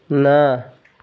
ନା